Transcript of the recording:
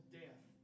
death